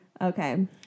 Okay